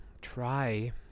try